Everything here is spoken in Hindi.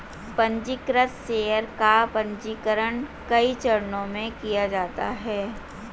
पन्जीकृत शेयर का पन्जीकरण कई चरणों में किया जाता है